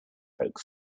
folk